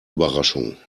überraschung